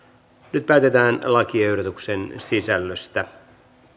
nyt päätetään lakiehdotuksen sisällöstä